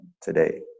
today